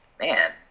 Man